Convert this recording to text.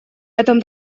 этом